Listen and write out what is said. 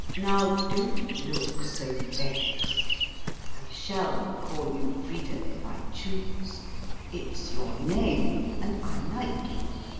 now, don't look so vexed i shall call you frida if i choose it's your name, and i like you.